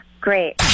Great